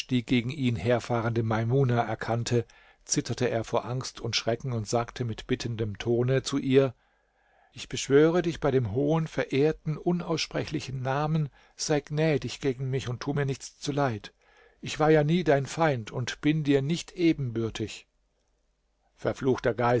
die gegen ihn herfahrende maimuna erkannte zitterte er vor angst und schrecken und sagte mit bittendem tone zu ihr ich beschwöre dich bei dem hohen verehrten unaussprechlichen namen sei gnädig gegen mich und tu mir nichts zuleid ich war ja nie dein feind und bin dir nicht ebenbürtig verfluchter